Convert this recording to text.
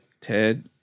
Ted